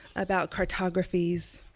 about cartographies,